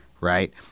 Right